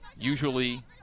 Usually